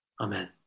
Amen